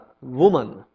woman